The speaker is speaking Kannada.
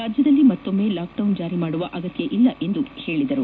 ರಾಜ್ಯದಲ್ಲಿ ಮತ್ತೊಮ್ಮೆ ಲಾಕ್ಡೌನ್ ಜಾರಿ ಮಾಡುವ ಅಗತ್ತ ಇಲ್ಲ ಎಂದು ಹೇಳಿದರು